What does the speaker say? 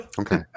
Okay